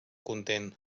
content